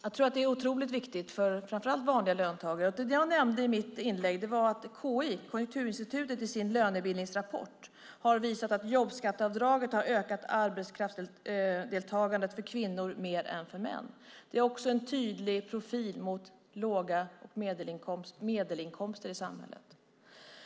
Jag tror att det är otroligt viktigt framför allt för vanliga löntagare. Det jag nämnde i mitt inlägg var att Konjunkturinstitutet i sin lönebildningsrapport har visat att jobbskatteavdraget har ökat arbetskraftsdeltagandet för kvinnor mer än för män. Det är också en tydlig profil mot låga inkomster och medelinkomster i samhället.